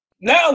Now